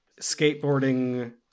skateboarding